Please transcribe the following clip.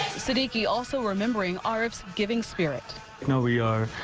city key also remembering our ups giving spirit know we are.